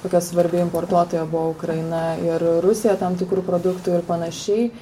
kokia svarbi importuotoja buvo ukraina ir rusija tam tikrų produktų ir panašiai